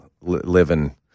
living –